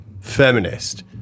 feminist